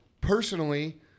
personally